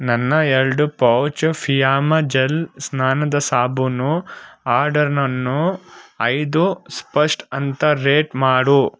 ನನ್ನ ಎರಡು pouch Fiama gel ಸ್ನಾನದ ಸಾಬೂನು ಆರ್ಡರನ್ನು ಐದು ಸ್ಪಷ್ಟ್ ಅಂತ ರೇಟ್ ಮಾಡು